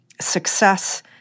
success